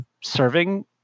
serving